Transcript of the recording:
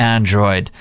Android